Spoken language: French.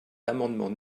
l’amendement